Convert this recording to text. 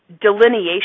delineation